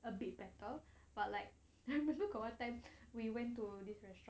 a bit better but like I'm actually got one time we went to this restaurant